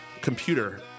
Computer